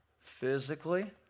physically